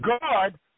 God